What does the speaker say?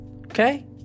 okay